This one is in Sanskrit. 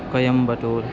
कयंम्बतूर्